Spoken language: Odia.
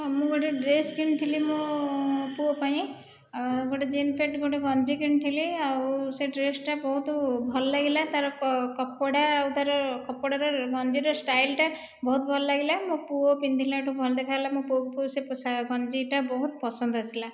ମୁଁ ଗୋଟେ ଡ୍ରେସ୍ କିଣିଥିଲି ମୋ ପୁଅ ପାଇଁ ଆଉ ଗୋଟେ ଜିନ୍ ପ୍ୟାଣ୍ଟ ଗୋଟିଏ ଗଞ୍ଜି କିଣିଥିଲି ଆଉ ସେ ଡ୍ରେସ୍ ଟା ବହୁତ ଭଲ ଲାଗିଲା ତାର କ କପଡ଼ା ଆଉ ତାର କପଡ଼ାର ଗଞ୍ଜୀର ଷ୍ଟାଇଲଟା ବହୁତ ଭଲ ଲାଗିଲା ମୋ ପୁଅ ପିନ୍ଧିଲା ଠାରୁ ଭଲ ଦେଖାଗଲା ମୋ ପୁଅକୁ ସେ ପୋଷାକ ଗଞ୍ଜିଟା ବହୁତ ପସନ୍ଦ ଆସିଲା